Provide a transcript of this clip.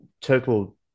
total